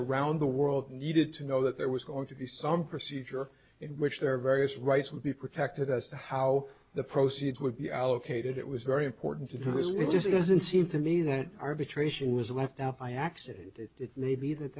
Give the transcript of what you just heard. around the world needed to know that there was going to be some procedure in which their various rights would be protected as to how the proceeds would be allocated it was very important to do is it just doesn't seem to me that arbitration was left out by accident that it may be that